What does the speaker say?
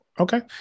Okay